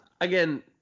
Again